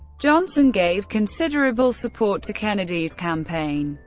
johnson gave considerable support to kennedy's campaign.